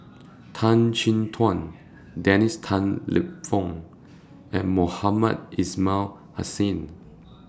Tan Chin Tuan Dennis Tan Lip Fong and Mohamed Ismail Hussain